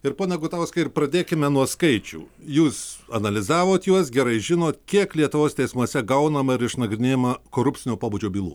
ir pone gutauskai ir pradėkime nuo skaičių jūs analizavot juos gerai žinot kiek lietuvos teismuose gaunama ir išnagrinėjama korupcinio pobūdžio bylų